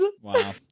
Wow